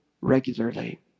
regularly